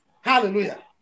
Hallelujah